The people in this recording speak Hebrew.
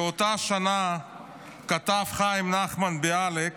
באותה שנה כתב חיים נחמן ביאליק